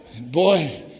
boy